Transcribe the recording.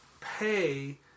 pay